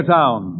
Town